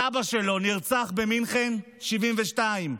הסבא שלו נרצח במינכן ב-1972,